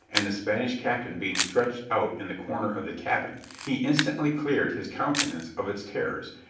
and the spanish captain being stretched out in the corner of the cabin, he instantly cleared his countenance of its terrors,